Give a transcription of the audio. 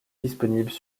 disponibles